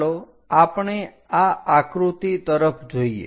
ચાલો આપણે આ આકૃતિ તરફ જોઈએ